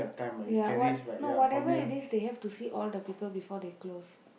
ya what no whatever it is they have to see all the people before they close